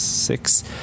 six